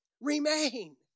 remain